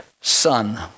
son